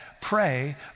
pray